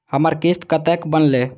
हमर किस्त कतैक बनले?